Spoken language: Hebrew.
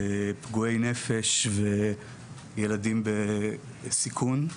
פגועי נפש וילדים בסיכון,